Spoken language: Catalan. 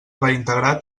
reintegrar